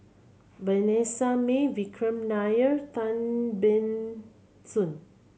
Vanessa Mae Vikram Nair Tan Ban Soon